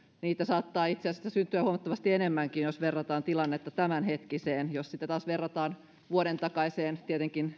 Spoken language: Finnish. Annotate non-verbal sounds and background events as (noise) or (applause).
niitä saattaa itse asiassa syntyä huomattavasti enemmänkin jos verrataan tilannetta tämänhetkiseen jos taas verrataan vuodentakaiseen tietenkin (unintelligible)